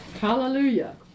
Hallelujah